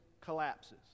collapses